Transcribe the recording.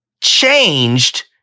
changed